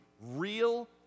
real